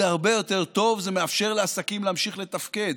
זה הרבה יותר טוב, זה מאפשר לעסקים להמשיך לתפקד.